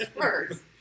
first